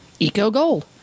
EcoGold